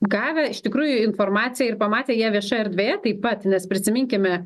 gavę iš tikrųjų informaciją ir pamatę ją viešoj erdvėje taip pat nes prisiminkime